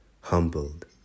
humbled